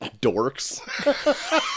dorks